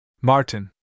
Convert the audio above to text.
Martin